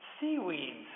seaweeds